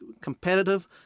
competitive